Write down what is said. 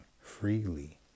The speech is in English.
freely